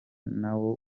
nawo